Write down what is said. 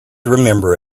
remember